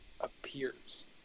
appears